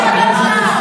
מקום ראשון בתחלואה,